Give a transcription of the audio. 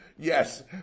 Yes